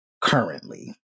currently